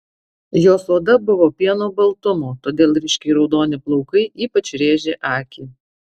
jos oda buvo pieno baltumo todėl ryškiai raudoni plaukai ypač rėžė akį